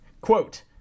quote